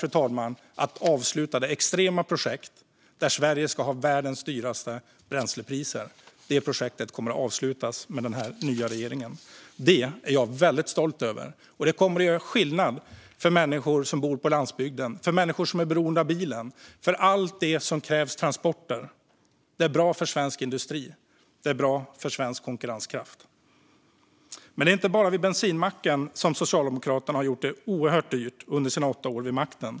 Vi kommer att avsluta det extrema projekt där Sverige ska ha världens dyraste bränslepriser. Det projektet kommer att avslutas med den här nya regeringen. Det är jag väldigt stolt över, och det kommer att göra skillnad för människor som bor på landsbygden, för människor som är beroende av bilen och för allt som kräver transporter. Det är bra för svensk industri, och det är bra för Sveriges konkurrenskraft. Men det är inte bara vid bensinmacken som Socialdemokraterna har gjort det oerhört dyrt under sina åtta år vid makten.